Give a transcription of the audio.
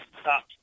Stop